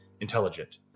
intelligent